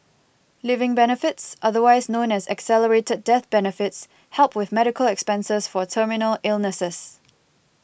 living benefits otherwise known as accelerated death benefits help with medical expenses for terminal illnesses